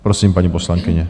Prosím, paní poslankyně.